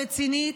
הרצינית,